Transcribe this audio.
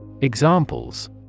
Examples